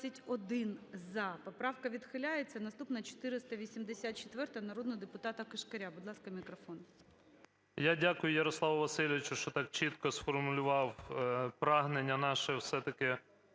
Я дякую Ярославу Васильовичу, що так чітко сформулював прагнення наше все-таки